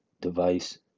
device